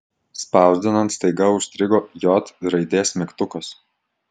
spausdinant staiga užstrigo j raidės mygtukas